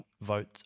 vote